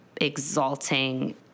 exalting